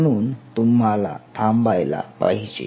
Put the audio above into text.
म्हणून तुम्हाला थांबायला पाहिजे